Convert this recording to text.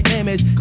image